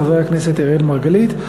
חבר הכנסת אראל מרגלית,